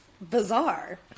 bizarre